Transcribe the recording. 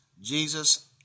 Jesus